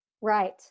Right